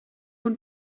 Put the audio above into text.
und